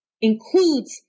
includes